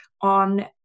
on